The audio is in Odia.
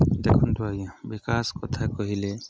ଦେଖନ୍ତୁ ଆଜ୍ଞା ବିକାଶ କଥା କହିଲେ